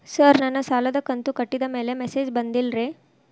sir ನನ್ನ ಸಾಲದ ಕಂತು ಕಟ್ಟಿದಮೇಲೆ ಮೆಸೇಜ್ ಬಂದಿಲ್ಲ ರೇ